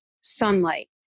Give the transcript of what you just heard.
sunlight